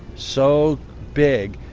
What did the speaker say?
so big,